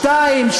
שתיים,